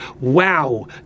wow